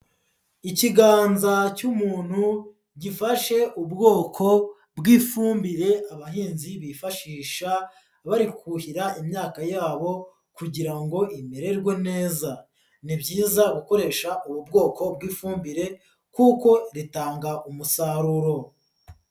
Ikiganza cy'umuntu gifashe ubwoko bw'ifumbire abahinzi bifashisha bari kuhira imyaka yabo kugira ngo imererwe neza, ni byiza gukoresha ubu bwoko bw'ifumbire kuko ritanga umusaruro.